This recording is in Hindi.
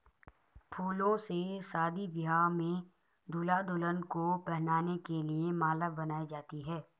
फूलों से शादी ब्याह में दूल्हा दुल्हन को पहनाने के लिए माला बनाई जाती है